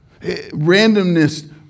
Randomness